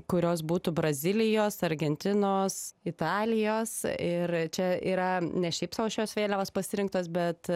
kurios būtų brazilijos argentinos italijos ir čia yra ne šiaip sau šios vėliavos pasirinktos bet